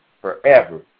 forever